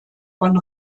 von